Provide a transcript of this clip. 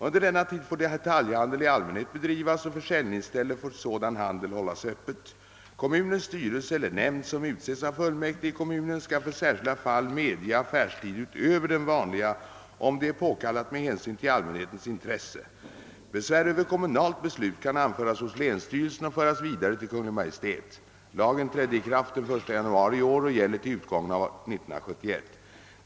Under denna tid får detaljhandel i allmänhet bedrivas och försäljningsställe för sådan handel hållas öppet. Kommunens styrelse eller nämnd, som utses av fullmäktige i kommunen, skall för särskilda fall medge affärstid utöver den vanliga, om det är påkallat med hänsyn till allmänhetens intresse. Besvär över kommunalt beslut kan anföras hos länsstyrelsen och föras vidare till Kungl. Maj:t. Lagen trädde i kraft den 1 januari i år och gäller till utgången av år 1971.